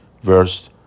Verse